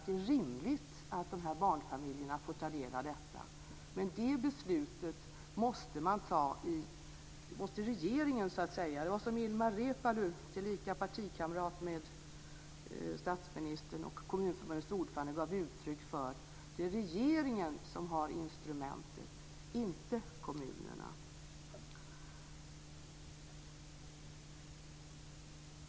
Det är rimligt att de här barnfamiljerna får ta del av detta. Kommunförbundets ordförande, gav uttryck för att det är regeringen som har instrumentet för detta, inte kommunerna.